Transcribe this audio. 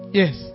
yes